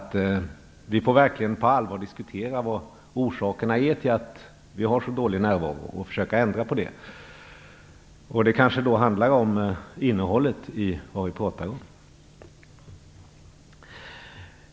Vi får verkligen på allvar diskutera vad orsakerna är till att vi har så dålig närvaro och försöka ändra på det. Det handlar kanske om innehållet i det vi säger.